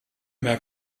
mehr